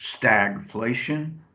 stagflation